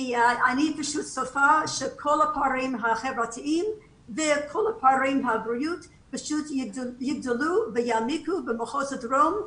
ואני צופה שכל הפערים החברתיים והבריאותיים יגדלו ויעמיקו במחוז הדרום,